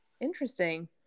interesting